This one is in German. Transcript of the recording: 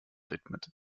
widmet